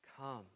Come